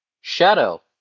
Shadow